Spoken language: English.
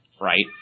right